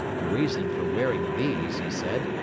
the reason for wearing these, he said,